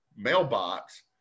mailbox